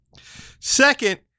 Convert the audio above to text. Second